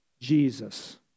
Jesus